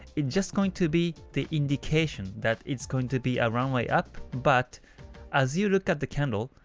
it's just going to be the indication that it's going to be a runway up, but as you look at the candle,